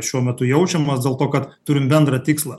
šiuo metu jaučiamas dėl to kad turim bendrą tikslą